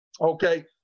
okay